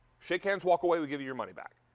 shake hands, walk away, we give you your money back.